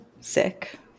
Sick